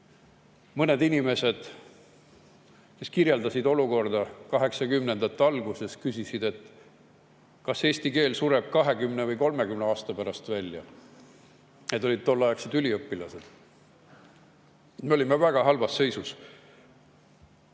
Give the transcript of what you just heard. mõned inimesed, kes kirjeldasid olukorda 1980. aastate alguses, küsisid, kas eesti keel sureb 20 või 30 aasta pärast välja. Need olid tolleaegsed üliõpilased. Me olime väga halvas seisus.